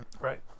Right